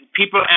people